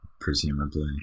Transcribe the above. presumably